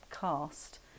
cast